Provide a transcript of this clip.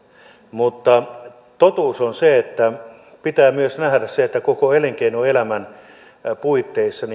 mutta totuus on se että pitää myös nähdä se että koko elinkeinoelämän puitteissa